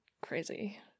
crazy